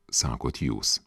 sakot jūs